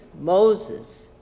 Moses